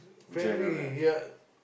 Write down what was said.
friendly ya